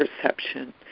perception